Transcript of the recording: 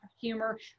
humor